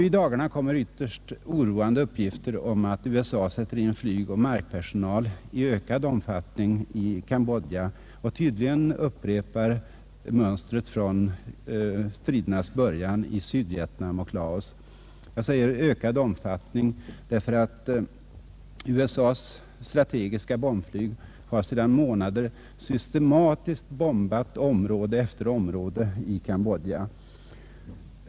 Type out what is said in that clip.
I dagarna kommer ytterst oroande uppgifter om att USA sätter in flyg och markpersonal i ökad omfattning i Kambodja och tydligen upprepar mönstret från stridernas början i Sydvietnam och Laos — jag säger ”i ökad omfattning” därför att USA:s strategiska bombflyg har sedan månader systematiskt bombat område efter område i Kambodja.